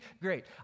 great